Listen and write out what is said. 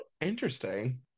Interesting